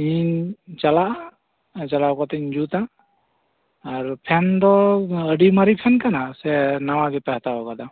ᱤᱧᱤᱧ ᱪᱟᱞᱟᱜᱼᱟ ᱟᱨ ᱪᱟᱞᱟᱣ ᱠᱟᱛᱮ ᱤᱧ ᱡᱩᱛᱟ ᱟᱨ ᱯᱷᱮᱱ ᱫᱚ ᱟᱹᱰᱤ ᱢᱟᱨᱮ ᱯᱷᱮᱱ ᱠᱟᱱᱟ ᱥᱮ ᱱᱟᱣᱟ ᱜᱮᱯᱮ ᱦᱟᱛᱟᱣ ᱟᱠᱟᱫᱟ